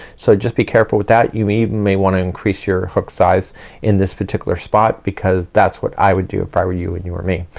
so just be careful with that you even may wanna increase your hook size in this particular spot because that's what i would do if i were you and you or me.